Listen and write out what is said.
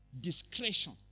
Discretion